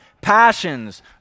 passions